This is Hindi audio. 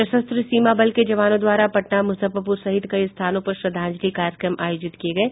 सशस्त्र सीमा बल के जवानों द्वारा पटना मुजफ्फरपुर सहित कई स्थानों पर श्रद्धांजलि कार्यक्रम आयोजित किये गये